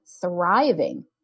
thriving